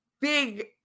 big